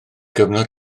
gyfnod